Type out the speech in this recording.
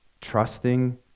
trusting